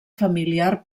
familiar